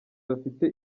bafite